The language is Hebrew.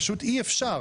פשוט אי אפשר,